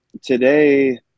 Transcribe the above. today